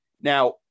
Now